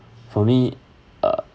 for me uh